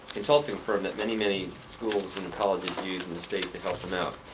consulting firm that many, many schools and colleges use in the state to help them out.